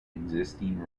existing